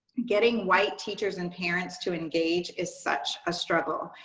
getting white teachers and parents to engage is such a struggle.